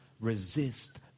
resist